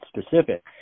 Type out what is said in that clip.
specific